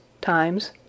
times